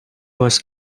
was